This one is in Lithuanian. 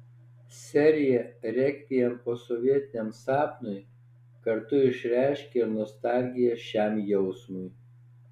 serija rekviem posovietiniam sapnui kartu išreiškia ir nostalgiją šiam jausmui